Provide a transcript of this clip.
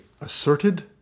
asserted